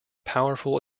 powerful